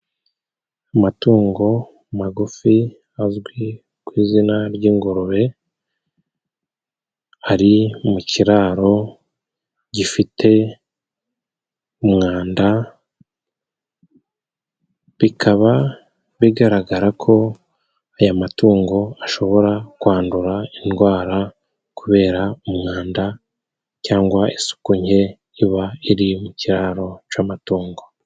Amatungo magufi azwi ku izina ry'ingurube ari mu kiraro gifite umwanda ,bikaba bigaragara ko aya matungo ashobora kwandura indwara kubera umwanda cyangwa isuku nke iba iri mu kiraro c'amatungo.